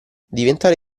diventare